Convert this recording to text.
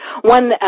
one